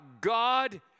God